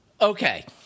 Okay